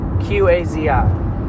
Q-A-Z-I